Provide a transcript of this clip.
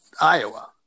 Iowa